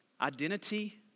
Identity